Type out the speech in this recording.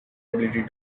ability